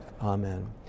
Amen